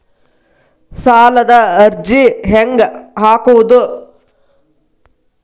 ಸಾಲದ ಅರ್ಜಿ ಹೆಂಗ್ ಹಾಕುವುದು?